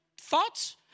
thoughts